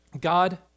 God